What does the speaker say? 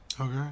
Okay